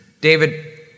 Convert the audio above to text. David